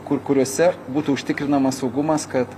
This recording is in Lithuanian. kur kuriuose būtų užtikrinamas saugumas kad